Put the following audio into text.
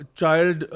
child